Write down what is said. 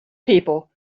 people